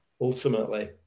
ultimately